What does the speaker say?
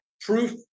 Proof